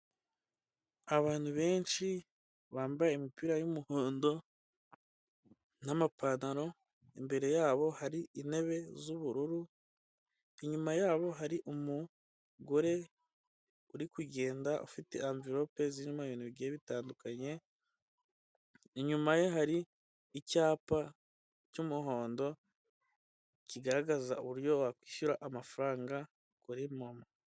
Abantu benshi bambaye imipira y'umuhondo n'amapantaro imbere y'abo hari intebe z'ubururu, inyuma y'abo hari umugore uri kugenda ufite amverope zirimo ibintu bigiye bitandukanye, inyuma ye hari icyapa cy'umuhondo kigaragaza uburyo wakwishyura amafaranga kuri momo.